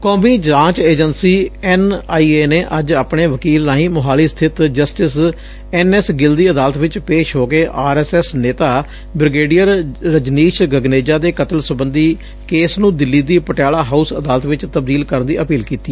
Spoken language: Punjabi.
ਕੋਮੀ ਜਾਂਚ ਏਜੰਸੀ ਐਨ ਆਈ ਏ ਨੇ ਅੱਜ ਆਪਣੇ ਵਕੀਲ ਰਾਹੀਂ ਮੁਹਾਲੀ ਸਥਿਤ ਜਸਟਿਸ ਐਨ ਐਸ ਗਿੱਲ ਦੀ ਅਦਾਲਤ ਵਿਚ ਪੇਸ਼ ਹੋ ਕੇ ਆਰ ਐਸ ਐਸ ਨੇਤਾ ਬ੍ਰਿਗੇਡੀਅਰ ਰਜਨੀਸ਼ ਗਗਨੇਜਾ ਦੇ ਕਤਲ ਸਬੰਧੀ ਕੇਸ ਨੂੰ ਦਿੱਲੀ ਦੀ ਪਟਿਆਲਾ ਹਾਊਸ ਅਦਾਲਤ ਵਿਚ ਤਬਦੀਲ ਕਰਨ ਦੀ ਅਪੀਲ ਕੀਤੀ